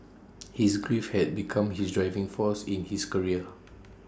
his grief had become his driving force in his career